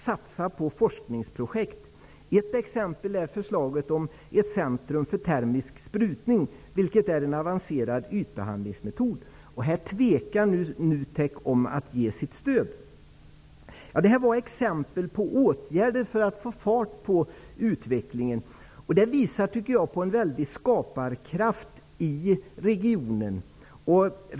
Satsa på forskningsprojekt. Ett exempel är förslaget om ett centrum för termisk sprutning. Det är en avancerad ytbehandlingsmetod. Här tvekar NUTEK om att ge sitt stöd. Detta var exempel på åtgärder för att få fart på utvecklingen. Det visar på en väldig skaparkraft i regionen.